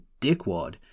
dickwad